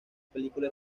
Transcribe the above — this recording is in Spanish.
película